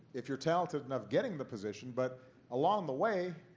if you're talented enough, getting the position, but along the way,